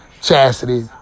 Chastity